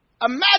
Imagine